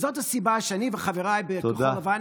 זאת הסיבה שאני וחבריי בכחול לבן, תודה.